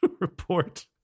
report